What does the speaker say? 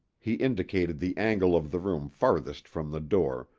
he indicated the angle of the room farthest from the door,